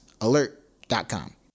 Alert.com